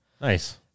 nice